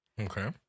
Okay